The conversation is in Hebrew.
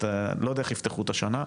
לא יודע איך יפתחו את השנה,